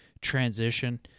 transition